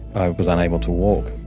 i was unable to walk.